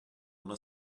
una